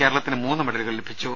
കേരളത്തിന് മൂന്നു മെഡലുകൾ ലഭിച്ചു